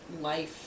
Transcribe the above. life